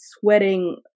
sweating